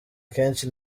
kenshi